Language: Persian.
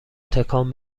تکان